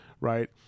right